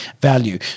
value